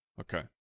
Okay